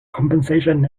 compensation